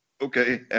Okay